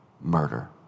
Murder